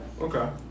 okay